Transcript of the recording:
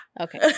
Okay